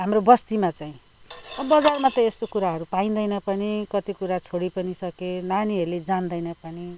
हाम्रो बस्तीमा चाहिँ अब बजारमा त यस्तो कुराहरू पाइँदैन पनि कति कुरा छोडि पनि सकेँ नानीहरूले जान्दैन पनि